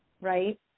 right